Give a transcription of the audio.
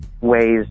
ways